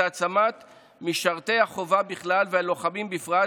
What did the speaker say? העצמת משרתי החובה בכלל והלוחמים בפרט,